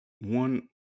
one